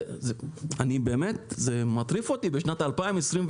זה מטריף אותי, בשנת 2022,